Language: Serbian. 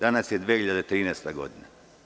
Danas je 2013. godina.